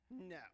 No